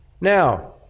Now